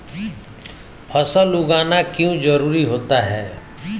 फसल उगाना क्यों जरूरी होता है?